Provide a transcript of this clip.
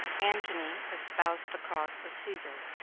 antony espoused the cause of caesar.